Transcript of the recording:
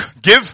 give